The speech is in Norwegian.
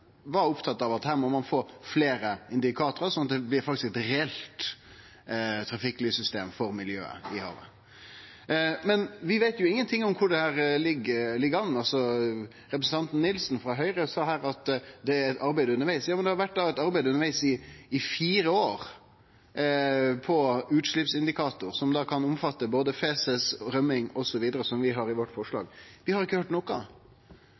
var at dei fleste var opptatte av at her må ein få fleire indikatorar, sånn at det faktisk blir eit reelt trafikklyssystem for miljøet i havet. Men vi veit jo ingenting om korleis dette ligg an. Representanten Nilsen frå Høgre sa her at det er eit arbeid undervegs. Ja, men det har jo vore eit arbeid undervegs i fire år på utsleppsindikator, som da kan omfatte både feces, rømming osv., som vi har i forslaget vårt. Vi har ikkje høyrt noko.